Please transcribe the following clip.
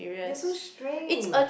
you're so strange